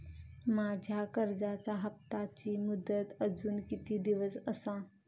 माझ्या कर्जाचा हप्ताची मुदत अजून किती दिवस असा?